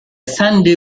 sunday